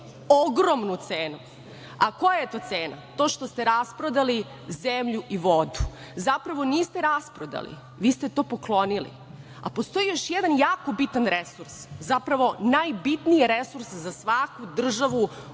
ogromnu cenu. A koja je to cena? To što ste rasprodali zemlju i vodu, zapravo niste rasprodali, vi ste to poklonili. Postoji još jedan jako bitan resurs, zapravo najbitniji resurs za svaku državu